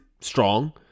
strong